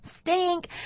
stink